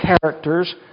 characters